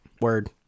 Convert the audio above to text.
Word